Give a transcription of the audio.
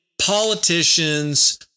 politicians